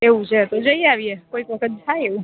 એવું છે તો જઈ આવીએ કોઈક વખત થાય એવું